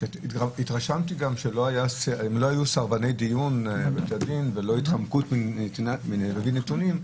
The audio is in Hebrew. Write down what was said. התרשמתי גם שלא היו סרבני דיון בית הדין ולא התחמקו מהבאת נתונים.